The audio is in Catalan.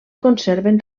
conserven